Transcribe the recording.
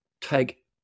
take